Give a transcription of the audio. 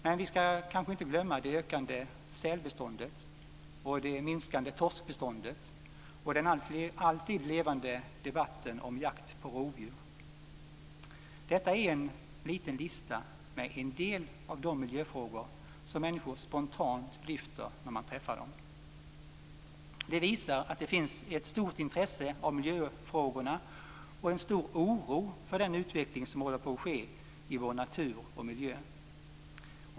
Men vi ska kanske inte glömma det ökande sälbeståndet, det minskande torskbeståndet och den alltid levande debatten om jakt på rovdjur. Detta är en liten lista med en del av de miljöfrågor som människor spontant lyfter fram när man träffar dem. Detta visar att det finns ett stort intresse för miljöfrågorna och en stor oro för den utveckling som håller på att ske i vår natur och miljö.